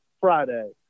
Friday